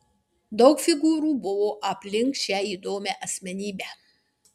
daug figūrų buvo aplink šią įdomią asmenybę